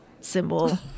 symbol